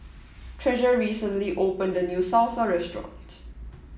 Treasure recently opened a new Salsa restaurant